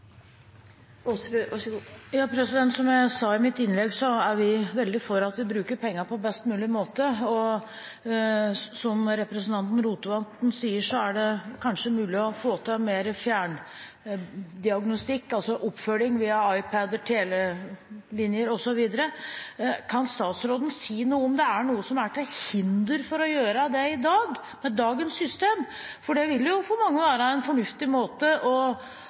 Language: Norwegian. vi veldig for at vi bruker pengene på best mulig måte. Som representanten Rotevatn sier, er det kanskje mulig å få til mer fjerndiagnostikk, altså oppfølging via iPad-er, telelinjer osv. Kan statsråden si noe om hvorvidt det er noe som er til hinder for å gjøre det i dag, med dagens system, for det vil jo for mange være en fornuftig måte å